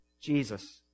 Jesus